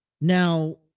Now